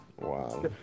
Wow